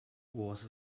was